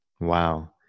wow